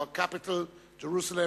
to our capital Jerusalem,